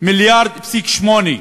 1.8 מיליארד.